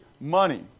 money